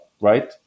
right